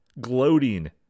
gloating